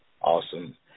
Awesome